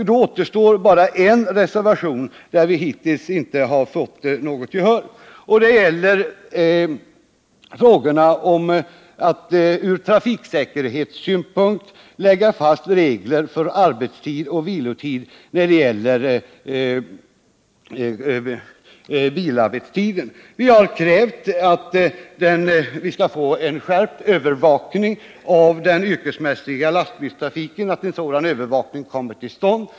Då återstår bara en reservation där vi hittills inte har fått något gehör, och den gäller frågorna om att ur trafiksäkerhetssynpunkt lägga fast regler för arbetstid och vilotid avseende yrkesbiltrafik. Vi har krävt att vi skall få en skärpt övervakning av den yrkesmässiga lastbilstrafiken.